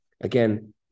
again